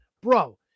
Bro